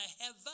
heaven